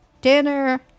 Dinner